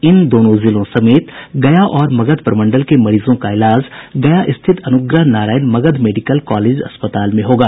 इन दोनों जिलों समेत गया और मगध प्रमंडल के मरीजों का इलाज गया स्थित अनुग्रह नारायण मेडिकल कॉलेज अस्पताल में होगा